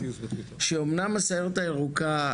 שאמנם הסיירת הירוקה,